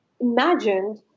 imagined